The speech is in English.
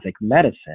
medicine